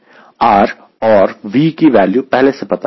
R और V की value पहले से पता है